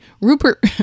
Rupert